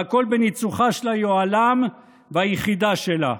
הכול בניצוחה של היוהל"ם והיחידה שלה.